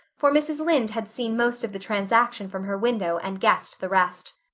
for mrs. lynde had seen most of the transaction from her window and guessed the rest.